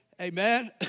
Amen